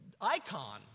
icon